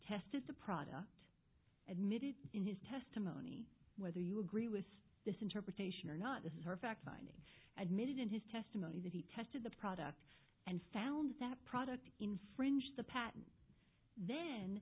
tested the product admitted in his testimony whether you agree with this interpretation or not this is her fact finding admitted in his testimony that he tested the product and found that product infringed the patent then